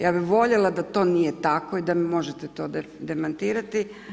Ja bih voljela da to nije tako i da mi možete to demantirati.